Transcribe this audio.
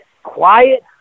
Quiet